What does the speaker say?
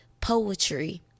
poetry